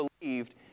believed